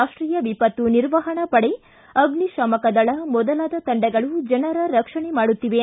ರಾಷ್ವೀಯ ವಿಪತ್ತು ನಿರ್ವಹಣಾ ಪಡೆ ಅಗ್ನಿ ಶಾಮಕ ದಳ ಮೊದಲಾದ ತಂಡಗಳು ಜನರ ರಕ್ಷಣೆ ಮಾಡುತ್ತಿವೆ